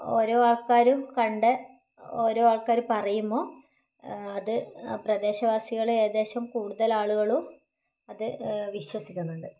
ഓരോ ആൾക്കാരും കണ്ട ഓരോ ആൾക്കാരും പറയുമോ അത് പ്രദേശവാസികളെ ഏകദേശം കൂടുതൽ ആളുകളും അത് വിശ്വസിക്കുന്നുണ്ട്